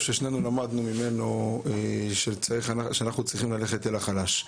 ששנינו למדנו ממנו שאנחנו צריכים ללכת אל החלש.